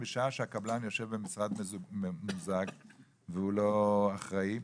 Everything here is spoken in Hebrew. בשעה שהקבלן יושב במשרד ממוזג והוא לא אחראי.